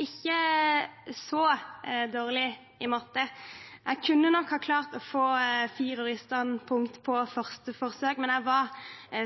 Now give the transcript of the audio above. ikke så dårlig i matte – jeg kunne nok ha klart å få en firer i standpunkt på første forsøk, men jeg var